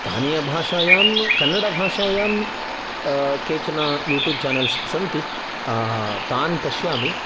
स्थानीयभाषायां कन्नडभाषायां केचन YouTube channels सन्ति तान् पश्यामि